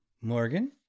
Morgan